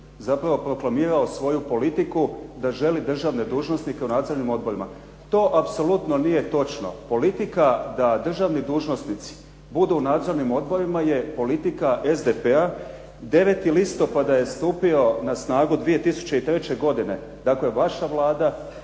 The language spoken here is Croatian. zapravo proklamirao svoju politiku da želi državne dužnosnike u nadzornim odborima. To apsolutno nije točno. Politika da državni dužnosnici budu u nadzornim odborima je politika SDP-a. 9. listopada je stupio na snagu 2003. godine. Dakle, vaša Vlada